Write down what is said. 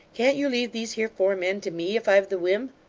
can't you leave these here four men to me, if i've the whim!